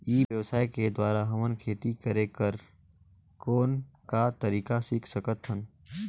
ई व्यवसाय के द्वारा हमन खेती करे कर कौन का तरीका सीख सकत हन?